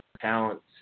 talents